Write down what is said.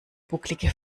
bucklige